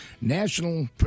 National